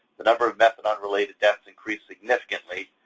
the number of methadone-related deaths increased significantly.